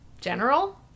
general